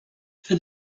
for